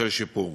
של שיפור.